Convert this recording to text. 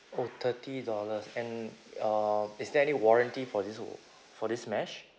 oh thirty dollars and uh is there any warranty for this uh for this mesh